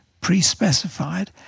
pre-specified